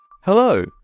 Hello